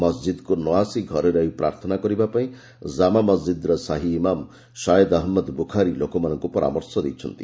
ମସ୍ଜିଦ୍କୁ ନ ଆସି ଘରେ ରହି ପ୍ରାର୍ଥନା କରିବାପାଇଁ ଜାମା ମସ୍ଜିଦ୍ର ସାହି ଇମାମ୍ ସୟଦ୍ ଅହଜ୍ଞଦ ବୁଖାରୀ ଲୋକମାନଙ୍କୁ ପରାମର୍ଶ ଦେଇଛନ୍ତି